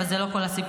אבל זה לא כל הסיפור.